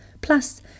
Plus